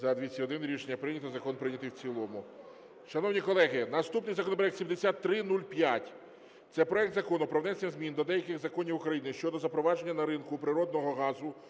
За-291 Рішення прийнято. Закон прийнятий в цілому. Шановні колеги, наступний законопроект - 7305. Це проект Закону про внесення змін до деяких законів України щодо запровадження на ринку природного газу